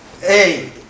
hey